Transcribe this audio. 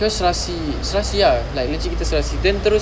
first serasi serasi ah like legit kita serasi then terus